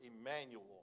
Emmanuel